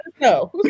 no